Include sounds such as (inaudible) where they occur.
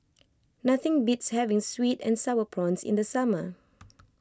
(noise) nothing beats having Sweet and Sour Prawns in the summer (noise)